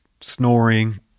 snoring